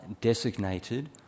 designated